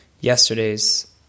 yesterday's